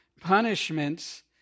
punishments